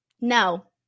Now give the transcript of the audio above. No